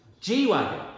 G-Wagon